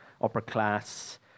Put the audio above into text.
upper-class